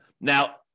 Now